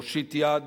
להושיט יד,